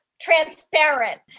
transparent